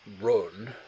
run